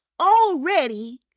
already